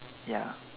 ya